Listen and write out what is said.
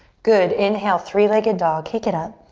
good. inhale, three-legged dog, kick it up.